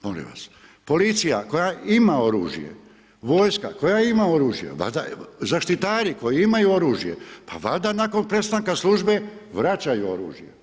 Molim vas, policija koje ima oružje, vojska koja ima oružje, valjda, zaštitari koji imaju oružje, pa valjda nakon prestanka službe vračaju oružje?